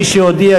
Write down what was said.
מי שהודיע,